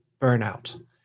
burnout